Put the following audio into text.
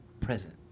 present